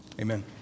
Amen